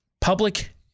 Public